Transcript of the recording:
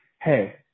Hey